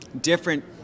different